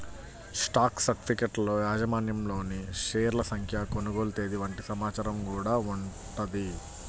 stock సర్టిఫికెట్లలో యాజమాన్యంలోని షేర్ల సంఖ్య, కొనుగోలు తేదీ వంటి సమాచారం గూడా ఉంటది